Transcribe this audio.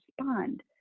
respond